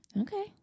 Okay